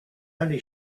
only